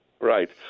Right